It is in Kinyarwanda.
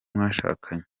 mwashakanye